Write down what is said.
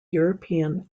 european